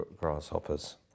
grasshoppers